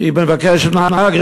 היא מבקשת: נהג,